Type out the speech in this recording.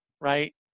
right